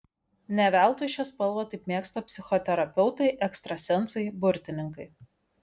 ne veltui šią spalvą taip mėgsta psichoterapeutai ekstrasensai burtininkai